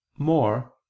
more